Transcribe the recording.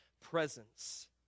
presence